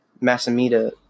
Masamita